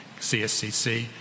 CSCC